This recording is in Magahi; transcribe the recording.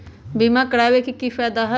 बीमा करबाबे के कि कि फायदा हई?